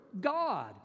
God